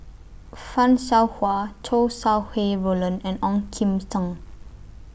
fan Shao Hua Chow Sau Hai Roland and Ong Kim Seng